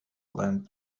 land